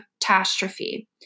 catastrophe